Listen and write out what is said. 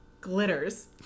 glitters